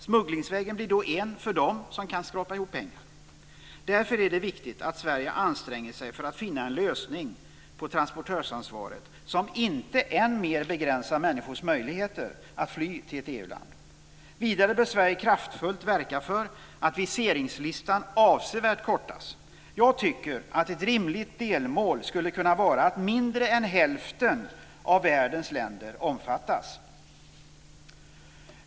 Smugglingsvägen blir då en väg för dem som kan skrapa ihop pengar. Därför är det viktigt att Sverige anstränger sig för att finna en lösning när det gäller transportörsansvaret som inte än mer begränsar människors möjligheter att fly till ett EU-land. Vidare bör Sverige kraftfullt verka för att viseringslistan kortas avsevärt. Jag tycker att ett rimligt delmål skulle kunna vara att mindre än hälften av världens länder omfattas.